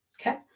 Okay